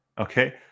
Okay